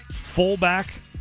fullback